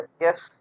yes